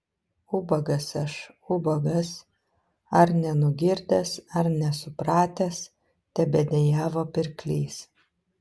ubagas aš ubagas ar nenugirdęs ar nesupratęs tebedejavo pirklys